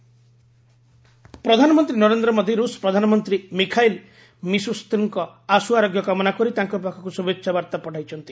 PM Russian PM ପ୍ରଧାନମନ୍ତ୍ରୀ ନରେନ୍ଦ୍ର ମୋଦୀ ରୁଷ ପ୍ରଧାନମନ୍ତ୍ରୀ ମିଖାଇଲ୍ ମିଶୁ ସ୍ତିନ୍ଙ୍କ ଆଶୁଆରୋଗ୍ୟ କାମନା କରି ତାଙ୍କ ପାଖକୁ ଶୁଭେଛା ବାର୍ତ୍ତା ପଠାଇଛନ୍ତି